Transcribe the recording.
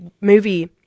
movie